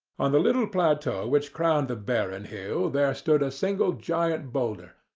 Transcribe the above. on the little plateau which crowned the barren hill there stood a single giant boulder,